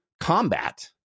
combat